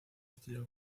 estilo